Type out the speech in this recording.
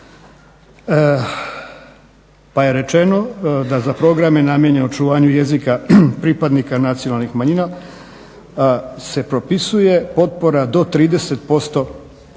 pa je rečeno da je za programe namjenje očuvanju jezika pripadnika nacionalnih manjina se propisuje potpora do 30%